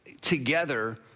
together